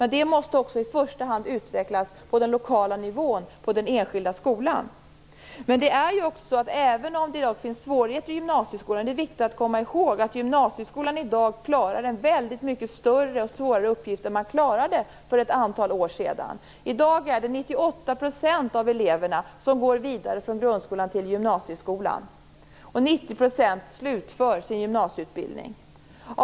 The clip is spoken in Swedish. Det måste i första hand utvecklas på lokal nivå på den enskilda skolan. Även om det finns svårigheter är det viktigt att komma ihåg att gymnasieskolan i dag klarar en väldigt mycket större och svårare uppgift än för ett antal år sedan. I dag är det 98 % av eleverna som går vidare från grundskolan till gymnasieskolan, och 90 % slutför sin gymnasieutbildning.